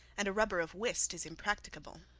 and a rubber of whist is impracticable.